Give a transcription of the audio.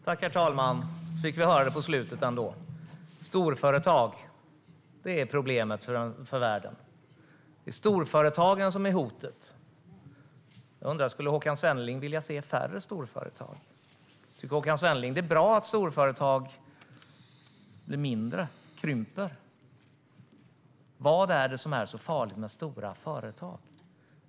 Herr talman! Så fick vi ändå höra det på slutet - storföretag är det stora problemet för världen! Det är storföretagen som är hotet. Skulle Håkan Svenneling vilja se färre storföretag? Tycker Håkan Svenneling att det är bra att storföretag krymper? Vad är det som är så farligt med stora företag?